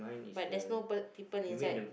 but there's no po~ people inside